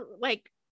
like-